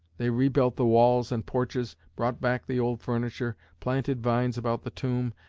they rebuilt the walls and porches, brought back the old furniture, planted vines about the tomb,